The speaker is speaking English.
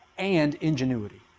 and ingenuity.